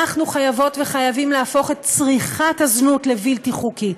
אנחנו חייבות וחייבים להפוך את צריכת הזנות לבלתי חוקית.